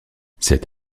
cette